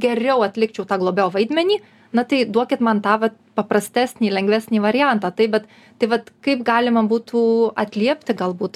geriau atlikčiau tą globėjo vaidmenį na tai duokit man tą va paprastesnį lengvesnį variantą taip bet tai vat kaip galima būtų atliepti galbūt